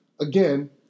Again